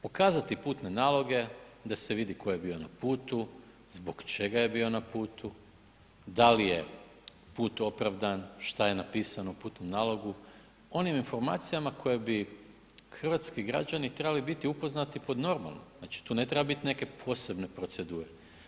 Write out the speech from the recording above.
Pokazati putne naloge da se vidi tko je bio na putu, zbog čega je bio na putu, da li je put opravdan, šta je napisano u putnom nalogu, onim informacijama s kojima bi hrvatski građani trebali biti upoznati pod normalno, znači tu ne treba biti neke posebne procedure.